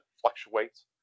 fluctuates